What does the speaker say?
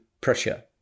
pressure